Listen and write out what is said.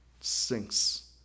sinks